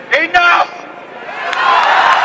Enough